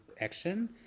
action